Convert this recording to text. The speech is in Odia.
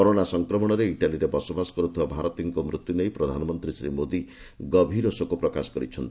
କରୋନା ସଂକ୍ରମଣରେ ଇଟାଲୀରେ ବସବାସ କରୁଥିବା ଭାରତୀୟଙ୍କ ମୃତ୍ୟୁ ନେଇ ପ୍ରଧାନମନ୍ତ୍ରୀ ଶ୍ରୀ ମୋଦୀ ଗଭୀର ଶୋକ ପ୍ରକାଶ କରିଛନ୍ତି